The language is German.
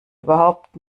überhaupt